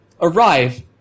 arrive